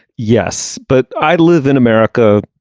yes but i live in america.